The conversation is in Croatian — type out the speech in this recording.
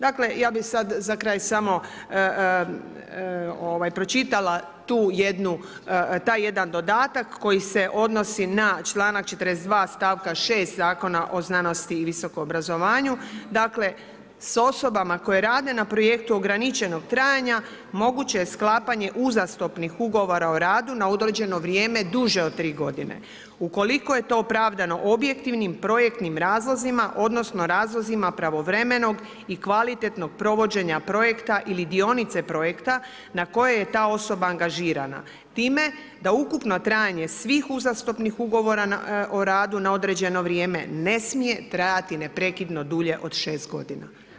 Dakle ja bih sada za kraj samo pročitala tu jednu taj jedan dodatak koji se odnosi na članak 42. stavka 6. Zakona o znanosti i visokom obrazovanju, dakle „s osobama koje rade na projektu ograničenog trajanja moguće je sklapanje uzastopnih ugovora o radu na određeno vrijeme duže od tri godine, ukoliko je to opravdano objektivnim projektnim razlozima odnosno razlozima pravovremenog i kvalitetnog provođenja projekta ili dionice projekta na koje je ta osoba angažirana, time da ukupno trajanje svih uzastopnih ugovora o radu na određeno vrijeme ne smije trajati neprekidno dulje od šest godina“